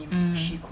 mm